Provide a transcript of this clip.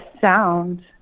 sound